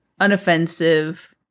unoffensive